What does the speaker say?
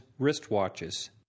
wristwatches